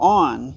on